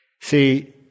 See